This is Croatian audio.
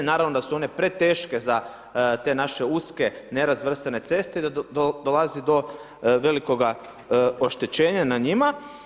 Naravno da su one preteške za te naše uske, nerazvrstane ceste i da dolazi do velikoga oštećenja na njima.